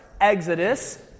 exodus